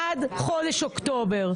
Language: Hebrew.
עד חודש אוקטובר.